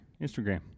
instagram